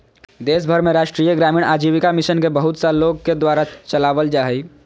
देश भर में राष्ट्रीय ग्रामीण आजीविका मिशन के बहुत सा लोग के द्वारा चलावल जा हइ